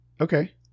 Okay